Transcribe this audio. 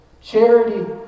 charity